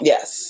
Yes